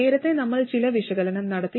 നേരത്തെ നമ്മൾ ചില വിശകലനം നടത്തി